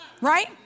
Right